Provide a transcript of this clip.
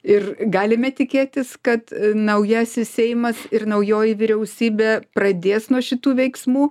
ir galime tikėtis kad naujasis seimas ir naujoji vyriausybė pradės nuo šitų veiksmų